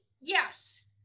yes